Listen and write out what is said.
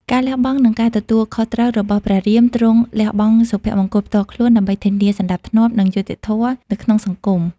ការលះបង់ និងការទទួលខុសត្រូវរបស់ព្រះរាមទ្រង់លះបង់សុភមង្គលផ្ទាល់ខ្លួនដើម្បីធានាសណ្ដាប់ធ្នាប់ និងយុត្តិធម៌នៅក្នុងសង្គម។